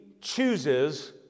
chooses